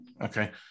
Okay